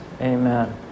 amen